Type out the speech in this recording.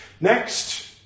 Next